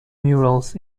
murals